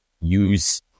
use